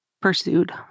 pursued